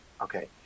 Okay